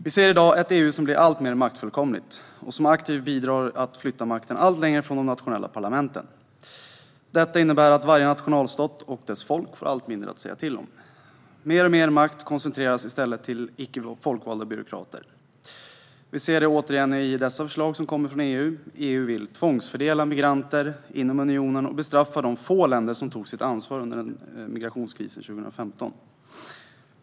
Vi ser i dag ett EU som blir alltmer maktfullkomligt och som aktivt bidrar till att flytta makten allt längre från de nationella parlamenten. Detta innebär att varje nationalstat och dess folk får allt mindre att säga till om. Mer och mer makt koncentreras i stället hos icke folkvalda byråkrater. Vi ser det återigen i dessa förslag, som kommer från EU. EU vill tvångsfördela migranter inom unionen och bestraffa de få länder som tog sitt ansvar under migrationskrisen 2015.